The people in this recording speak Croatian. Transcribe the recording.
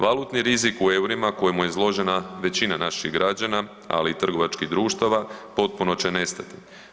Valutni rizik u eurima kojemu je izložena većina naših građana, ali i trgovačkih društava potpuno će nestati.